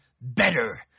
better